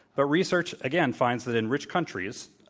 but research again finds that in rich countries,